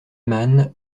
man